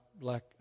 black